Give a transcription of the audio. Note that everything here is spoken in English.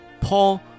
Paul